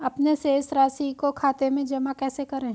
अपने शेष राशि को खाते में जमा कैसे करें?